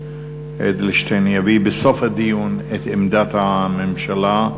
אדלשטיין יביא בסוף הדיון את עמדת הממשלה.